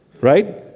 Right